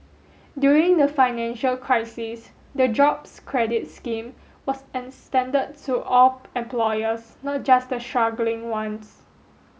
during the financial crisis the Jobs Credit scheme was extended to all employers not just the struggling ones